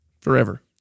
forever